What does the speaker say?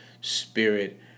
spirit